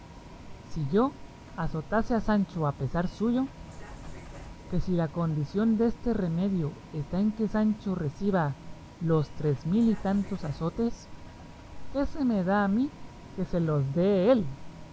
si yo azotase a sancho a pesar suyo que si la condición deste remedio está en que sancho reciba los tres mil y tantos azotes qué se me da a mí que se los dé él